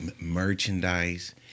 merchandise